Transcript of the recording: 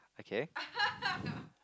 okay